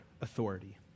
authority